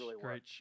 Great